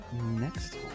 next